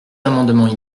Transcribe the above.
amendements